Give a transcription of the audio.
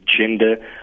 gender